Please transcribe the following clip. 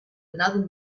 another